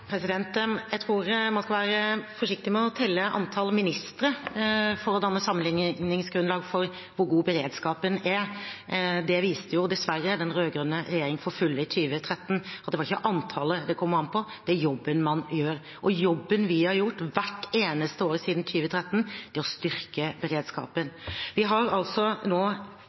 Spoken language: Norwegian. Jeg tror man skal være forsiktig med å telle antall ministre for å danne sammenligningsgrunnlag for hvor god beredskapen er. Det viste dessverre den rød-grønne regjeringen til fulle i 2013. Det er ikke antallet det kommer an på, det er jobben man gjør. Og jobben vi har gjort hvert eneste år siden 2013, er å styrke beredskapen. Vi har nå